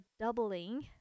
doubling